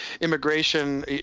immigration